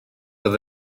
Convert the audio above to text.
oedd